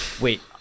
wait